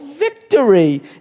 Victory